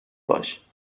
باش